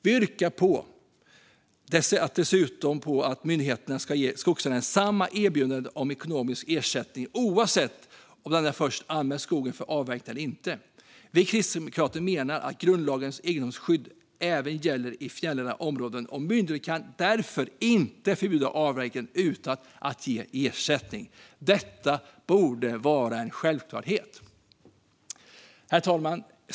Vi yrkar dessutom på att myndigheten ska ge skogsägaren samma erbjudande om ekonomisk ersättning oavsett om denna först anmält skogen för avverkning eller inte. Vi kristdemokrater menar att grundlagens egendomsskydd även gäller i fjällnära områden, och myndigheter kan därför inte förbjuda avverkning utan att ge ersättning. Detta borde vara en självklarhet. Herr talman!